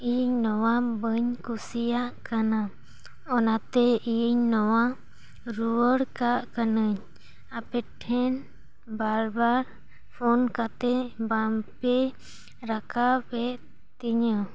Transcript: ᱤᱧ ᱱᱚᱣᱟ ᱵᱟᱹᱧ ᱠᱩᱥᱤᱭᱟᱜ ᱠᱟᱱᱟ ᱚᱱᱟᱛᱮ ᱤᱧ ᱱᱚᱣᱟ ᱨᱩᱭᱟᱹᱲ ᱠᱟᱜ ᱠᱟᱹᱱᱟᱹᱧ ᱟᱯᱮ ᱴᱷᱮᱱ ᱵᱟᱨ ᱵᱟᱨ ᱯᱷᱳᱱ ᱠᱟᱛᱮ ᱵᱟᱝᱯᱮ ᱨᱟᱠᱟᱵᱮᱫ ᱛᱤᱧᱟᱹ